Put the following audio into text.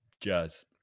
jazz